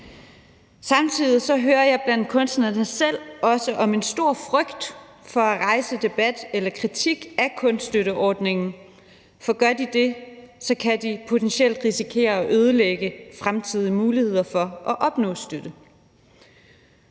Samtidig hører jeg blandt kunstnerne selv også om en stor frygt for at rejse debat om eller kritik af kunststøtteordningen, for gør de det, kan de potentielt risikere at ødelægge fremtidige muligheder for at opnå støtte.